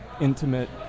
intimate